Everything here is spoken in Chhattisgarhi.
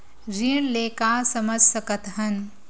ऋण ले का समझ सकत हन?